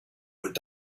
would